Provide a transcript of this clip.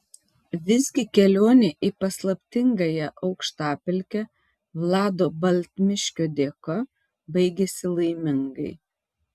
visgi kelionė į paslaptingąją aukštapelkę vlado baltmiškio dėka baigėsi laimingai